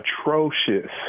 atrocious